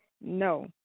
no